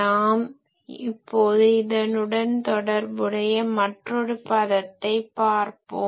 நாம் இப்போது இதனுடன் தொடர்புடைய மற்றொரு பதத்தை பார்ப்போம்